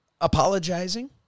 apologizing